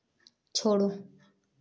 छोड़ो